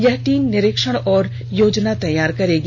यह टीम निरीक्षण और योजना तैयार करेगी